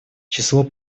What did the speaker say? число